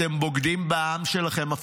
אתם בוגדים בעם שלכם.